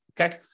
Okay